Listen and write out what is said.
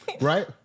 right